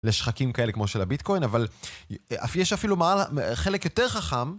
לשחקים כאלה כמו של הביטקוין, אבל יש אפילו חלק יותר חכם.